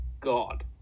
God